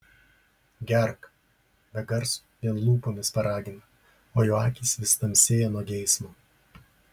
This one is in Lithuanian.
gerk be garso vien lūpomis paragina o jo akys vis tamsėja nuo geismo